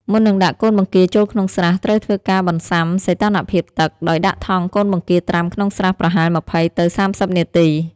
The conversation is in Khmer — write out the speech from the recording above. មុននឹងដាក់កូនបង្គាចូលក្នុងស្រះ ត្រូវធ្វើការបន្សាំសីតុណ្ហភាពទឹក ដោយដាក់ថង់កូនបង្គាត្រាំក្នុងស្រះប្រហែល ២០ ទៅ ៣០ នាទី។